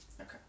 Okay